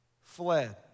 fled